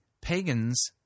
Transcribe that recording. pagans